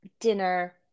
dinner